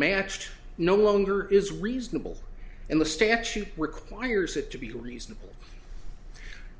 matched no longer is reasonable and the statute requires it to be reasonable